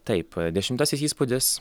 taip dešimtasis įspūdis